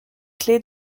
clé